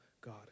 God